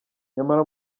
nyamara